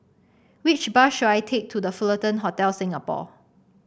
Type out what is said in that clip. which bus should I take to The Fullerton Hotel Singapore